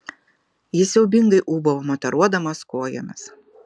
jis siaubingai ūbavo mataruodamas kojomis